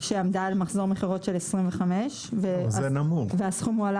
שעמדה על מחזור מכירות של 25 והסכום הועלה